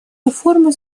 реформы